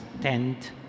tent